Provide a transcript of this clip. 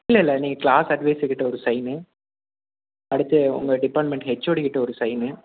இல்லை இல்லை நீங்கள் க்ளாஸ் அட்வைசர் கிட்ட ஒரு சைனு அடுத்து உங்கள் டிப்பார்ட்மெண்ட் ஹெச்ஓடி கிட்ட ஒரு சைனு